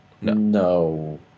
No